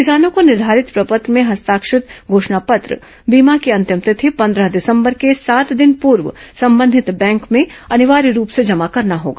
किसानों को निर्घारित प्रपत्र में हस्ताक्षरित घोषणा पत्र बीमा की अंतिम तिथि पंद्रह दिसंबर के सात दिन पूर्व संबंधित बैंक में अनिवार्य रूप से जमा करना होगा